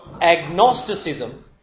Agnosticism